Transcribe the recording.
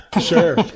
Sure